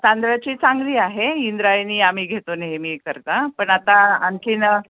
तांदळाची चांगली आहे इंद्रायणी आम्ही घेतो नेहमी करता पण आता आणखीन